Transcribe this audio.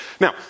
Now